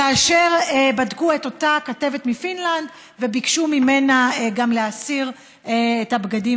כאשר הם בדקו את אותה כתבת מפינלנד וביקשו ממנה גם להסיר את הבגדים,